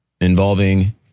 involving